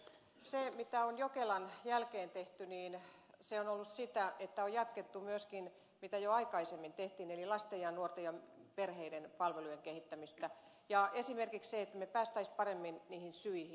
se mitä on jokelan jälkeen tehty niin se on ollut sitä että on jatkettu myöskin mitä jo aikaisemmin tehtiin eli lasten nuorten ja perheiden palvelujen kehittämistä ja esimerkiksi se että me pääsisimme paremmin niihin syihin